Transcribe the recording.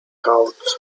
couch